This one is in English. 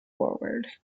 forward